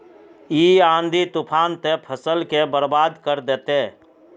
इ आँधी तूफान ते फसल के बर्बाद कर देते?